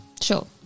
Sure